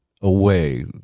away